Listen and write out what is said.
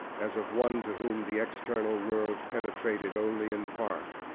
as of one to whom the external world penetrated only in part,